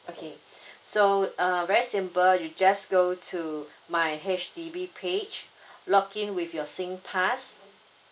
okay so uh very simple you just go to my H_D_B page login with your SINGPASS